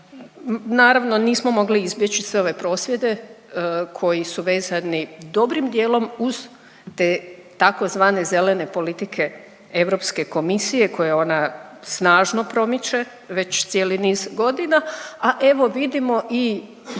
Naravno, nismo mogli izbjeći sve ove prosvjede koji su vezani dobrim dijelom uz te tzv. zelene politike Europske komisije koje ona snažno promiče već cijeli niz godina, a evo vidimo i